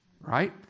right